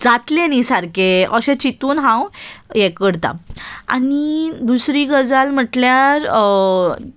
जातलें न्हय सारकें अशें चिंतून हांव हें करतां आनी दुसरी गजाल म्हटल्यार